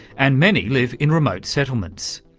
and many live in remote settlements.